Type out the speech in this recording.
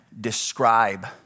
describe